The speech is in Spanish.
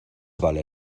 vale